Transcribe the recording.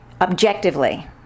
objectively